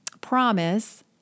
promise